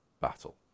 battle